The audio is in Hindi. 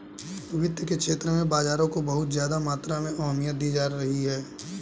वित्त के क्षेत्र में बाजारों को बहुत ज्यादा मात्रा में अहमियत दी जाती रही है